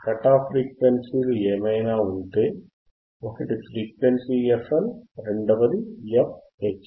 cut off ఫ్రీక్వెన్సీలు ఏమైనా ఉంటే ఒకటి ఫ్రీక్వెన్సీ fL రెండవది fH